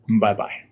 bye-bye